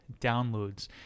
downloads